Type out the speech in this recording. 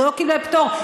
לא קיבל פטור,